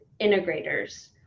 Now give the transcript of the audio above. integrators